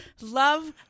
love